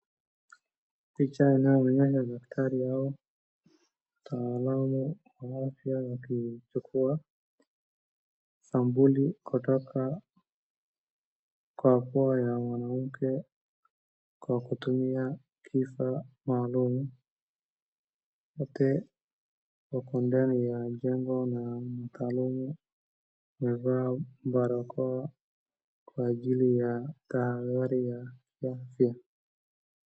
Picha inayoonyesha daktari au mtaalamu wa afya akichukua sampuli kutoka kwa pua ya mwanamke kwa kutumia kifaa maalum. Wote wako ndani ya jengo na mtaalamu amevaa barakoa kwa ajili ya tahadhari ya kiafya.